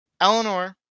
Eleanor